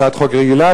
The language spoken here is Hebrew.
הצעת חוק רגילה?